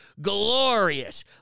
Glorious